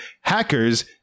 Hackers